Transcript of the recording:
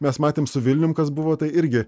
mes matėm su vilnium kas buvo tai irgi